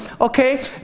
okay